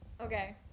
Okay